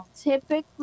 typically